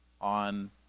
on